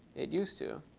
it used to.